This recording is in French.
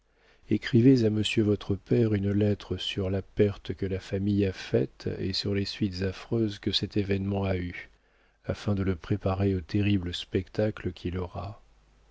écrivez à monsieur votre père une lettre sur la perte que la famille a faite et sur les suites affreuses que cet événement a eues afin de le préparer au terrible spectacle qu'il